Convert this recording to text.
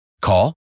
Call